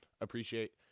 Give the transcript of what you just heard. appreciate